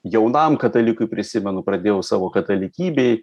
jaunam katalikui prisimenu pradėjau savo katalikybei